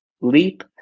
leap